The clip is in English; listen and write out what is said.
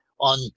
on